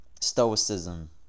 Stoicism